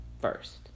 first